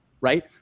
right